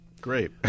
Great